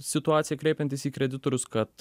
situacija kreipiantis į kreditorius kad